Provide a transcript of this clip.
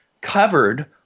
covered